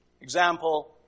example